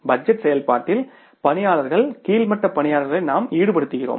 budget செயல்பாட்டில் பணியாளர்கள் கீழ் மட்ட பணியாளர்களை நாம் ஈடுபடுத்துகிறோம்